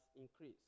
increase